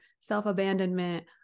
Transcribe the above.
self-abandonment